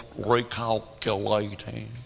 recalculating